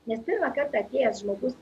nes pirmąkart atėjęs žmogus